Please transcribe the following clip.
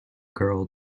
girl